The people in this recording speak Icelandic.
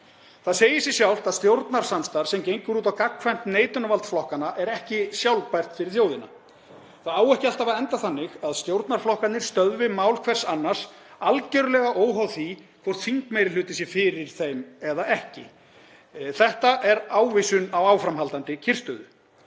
Það segir sig sjálft að stjórnarsamstarf sem gengur út á gagnkvæmt neitunarvald flokkanna er ekki sjálfbært fyrir þjóðina. Það á ekki alltaf að enda þannig að stjórnarflokkarnir stöðvi mál hvers annars, algerlega óháð því hvort þingmeirihluti sé fyrir þeim eða ekki. Þetta er ávísun á áframhaldandi kyrrstöðu.